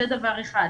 זה דבר אחד.